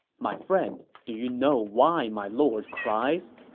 my friend, do you know why my lord cries?